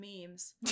memes